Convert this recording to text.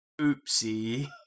Oopsie